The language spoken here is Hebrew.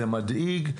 זה מדאיג,